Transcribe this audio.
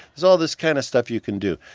there's all this kind of stuff you can do.